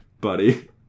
buddy